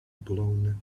blown